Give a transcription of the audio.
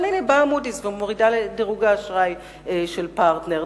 אבל הנה באה "מודיס" ומורידה את דירוג האשראי של "פרטנר",